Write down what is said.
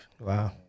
Wow